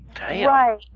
Right